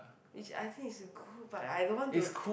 it's I think it's good but I don't want to